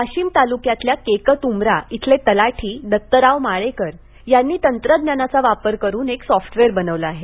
वाशिम तालुक्यातील केकतउमरा इथले तलाठी दत्तराव माळेकर यांनी तंत्रज्ञानाचा वापर करून एक सॉप्टवेअर बनवलं आहे